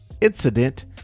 incident